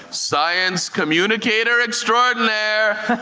science communicator extraordinaire,